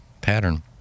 pattern